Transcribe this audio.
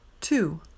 Two